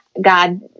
God